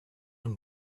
him